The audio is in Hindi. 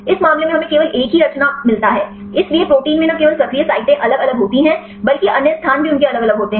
इस मामले में हमें केवल एक ही रचना मिलता है इसलिए प्रोटीन में न केवल सक्रिय साइटें अलग अलग होती हैं बल्कि अन्य स्थान भी उनके अलग अलग होते हैं